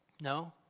No